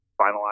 finalize